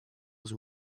was